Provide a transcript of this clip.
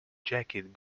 jacket